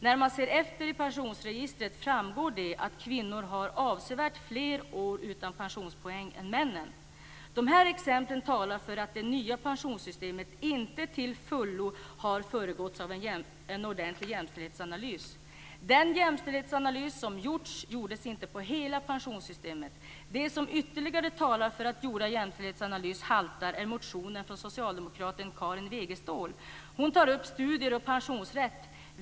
När man ser efter i pensionsregistret framgår det att kvinnor har avsevärt fler år utan pensionspoäng än männen. Dessa exempel talar för att det nya pensionssystemet inte till fullo har föregåtts av en ordentlig jämställdhetsanalys. Den jämställdhetsanalys som har gjorts gjordes inte på hela pensionssystemet. Det som ytterligare talar för att den gjorda jämställdhetsanalysen haltar är motionen från socialdemokraten Karin Wegestål. Hon tar upp studier och pensionsrätt.